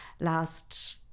last